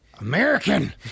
American